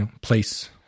place